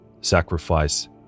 sacrifice